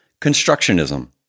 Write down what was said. constructionism